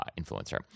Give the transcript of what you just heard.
influencer